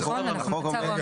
נכון, אנחנו במצב רע מאוד.